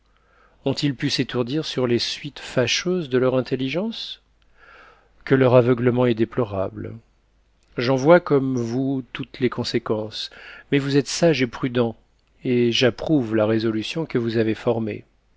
ont its pu s'étourdir sur les suites fâcheuses de leur intelligence que leur aveuglement est déplorable j'en vois comme vous toutes les consé quences mais vous êtes sage et prudent et j'approuve la résolution que vous avez ibrmée